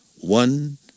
One